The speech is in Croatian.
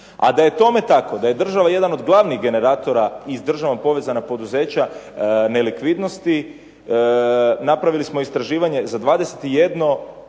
A da je tome tako, da je država jedan od glavnih generatora iz državno povezanog poduzeća nelikvidnosti napravili smo istraživanje za 21